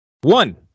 One